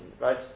right